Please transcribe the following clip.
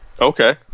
Okay